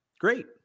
great